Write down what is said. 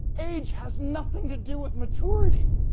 age has nothing to do with maturity.